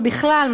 ובכלל,